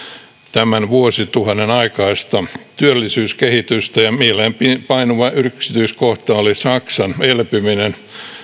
tämän vuosituhannen aikaista työllisyyskehitystä ja mieleenpainuva yksityiskohta oli saksan elpyminen